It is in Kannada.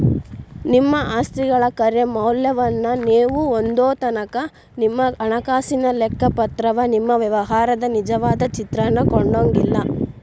ನಿಮ್ಮ ಆಸ್ತಿಗಳ ಖರೆ ಮೌಲ್ಯವನ್ನ ನೇವು ಹೊಂದೊತನಕಾ ನಿಮ್ಮ ಹಣಕಾಸಿನ ಲೆಕ್ಕಪತ್ರವ ನಿಮ್ಮ ವ್ಯವಹಾರದ ನಿಜವಾದ ಚಿತ್ರಾನ ಕೊಡಂಗಿಲ್ಲಾ